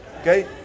okay